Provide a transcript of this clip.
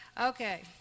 Okay